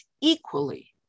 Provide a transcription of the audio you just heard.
equally